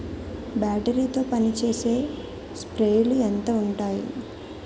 Battery తో పనిచేసే స్ప్రేలు ఎంత ఉంటాయి?